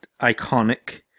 iconic